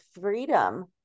freedom